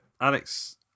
Alex